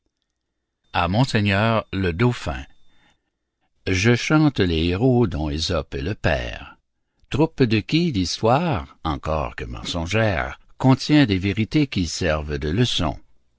je chante les héros dont ésope est le père troupe de qui l'histoire encor que mensongère contient des vérités qui servent de leçons